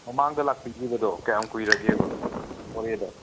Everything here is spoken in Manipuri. ꯃꯃꯥꯡꯗ ꯂꯥꯛꯄꯤꯈꯤꯕꯗꯣ ꯀꯌꯥꯝ ꯀꯨꯏꯔꯒꯦꯕ ꯃꯣꯔꯦꯗ